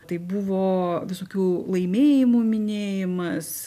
tai buvo visokių laimėjimų minėjimas